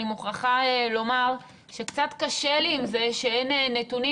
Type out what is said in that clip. אני מוכרחה לומר שקצת קשה לי עם זה שאין נתונים,